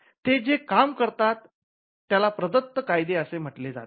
ते जे काम करतात त्याला प्रदत्त कायदे असे म्हटले जाते